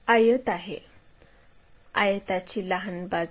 आता आपण सहावी पायरी पाहू